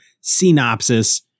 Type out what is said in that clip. synopsis